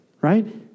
right